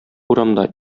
урамда